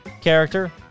character